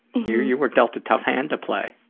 you you were dealt a tough hand to play.